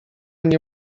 nie